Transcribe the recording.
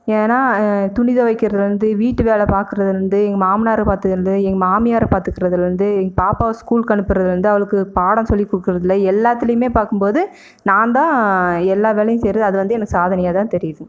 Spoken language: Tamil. ஏன்னா துணி துவைக்கிறதுலேந்து வீட்டு வேலை பார்க்குறதுலேந்து எங்கள் மாமனாரை பார்த்துக்குறது மாமியாரை பார்த்துக்குறதுலேந்து எங்கள் பாப்பாவை ஸ்கூலுக்கு அனுப்புறதுலேந்து அவளுக்கு பாடம் சொல்லிக் கொடுக்குறதுல எல்லாத்துலையுமே பார்க்கும்போது நான் தான் எல்லா வேலையும் செய்யறது அது வந்து எனக்கு சாதனையாகதான் தெரியுது